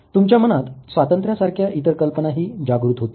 तुमच्या मनात स्वातंत्र्या सारख्या इतर कल्पनाही जागृत होतील